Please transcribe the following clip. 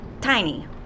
Tiny